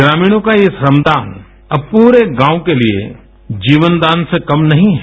ग्रामीणों का ये श्रम दान अब पूरे गाँव के लिए जीवन दान से कम नहीं है